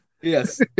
Yes